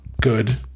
good